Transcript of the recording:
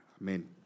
Amen